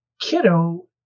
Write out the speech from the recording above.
kiddo